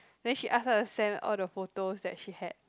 then she ask us to send all the photos that she had